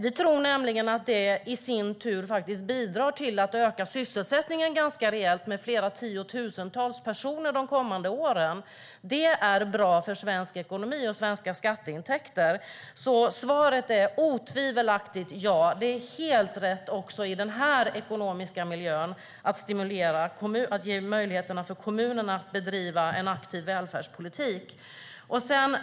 Vi tror nämligen att det i sin tur bidrar till att öka sysselsättningen ganska rejält med flera tiotusentals personer de kommande åren. Det är bra för svensk ekonomi och svenska skatteintäkter. Svaret är alltså otvivelaktigt: Ja, det är helt rätt också i den här ekonomiska miljön att ge möjligheter till kommunerna att bedriva en aktiv välfärdspolitik.